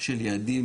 של יעדים,